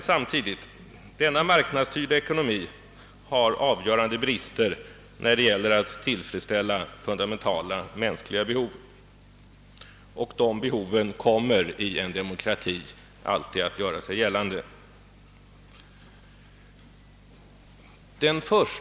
Samtidigt har emellertid denna marknadsstyrda ekonomi avgörande brister när det gäller att tillfredsställa vissa fundamentala mänskliga behov och de behoven kommer alltid att göra sig gällande i en demokrati.